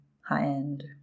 high-end